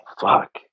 fuck